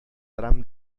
tram